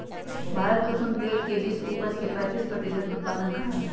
भारत कुसुम तेल के विश्व उपज के पैंतीस प्रतिशत उत्पादन करा हई